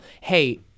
Hey